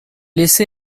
laissé